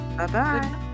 Bye-bye